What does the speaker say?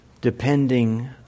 depending